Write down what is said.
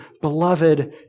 beloved